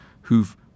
who've